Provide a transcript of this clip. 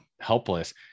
helpless